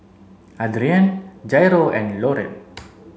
Adrienne Jairo and Loren